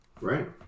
Right